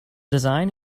design